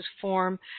form